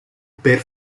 per